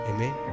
Amen